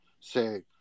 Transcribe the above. say